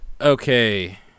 Okay